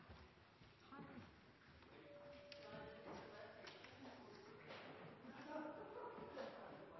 President! Jeg